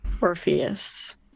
Orpheus